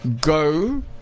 Go